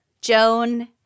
Joan